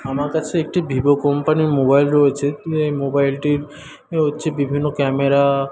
আমার কাছে একটি ভিভো কোম্পানির মোবাইল রয়েছে এই মোবাইলটির হচ্ছে বিভিন্ন ক্যামেরা